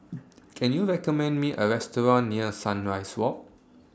Can YOU recommend Me A Restaurant near Sunrise Walk